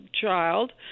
child